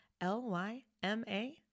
L-Y-M-A